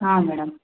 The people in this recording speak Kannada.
ಹಾಂ ಮೇಡಮ್